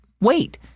wait